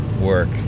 work